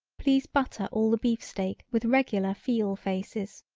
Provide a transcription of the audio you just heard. please butter all the beef-steak with regular feel faces.